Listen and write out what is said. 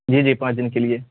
جی جی پانچ دن کے لیے